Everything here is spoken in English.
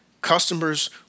customers